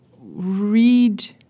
read